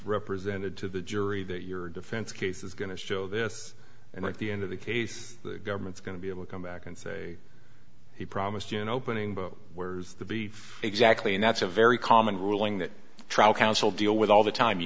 represented to the jury that your defense case is going to show this and at the end of the case the government's going to be able to come back and say he promised you an opening but where's the beef exactly and that's a very common ruling that trial counsel deal with all the time you